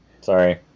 Sorry